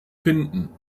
finden